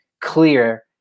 clear